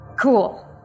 Cool